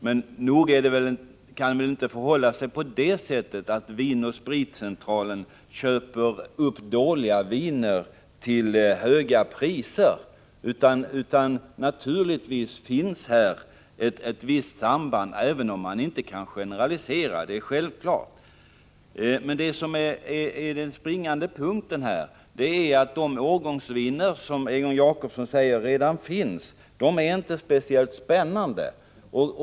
Men det kan väl inte förhålla sig på det sättet att Vin & Spritcentralen köper upp dåliga viner till höga priser, utan naturligtvis finns här ett viss samband, även om man självfallet inte kan generalisera. Den springande punkten är att de årgångsviner som redan finns —detta säger ju Egon Jacobsson — inte är speciellt ”spännande”.